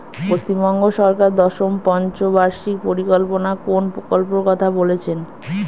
পশ্চিমবঙ্গ সরকার দশম পঞ্চ বার্ষিক পরিকল্পনা কোন প্রকল্প কথা বলেছেন?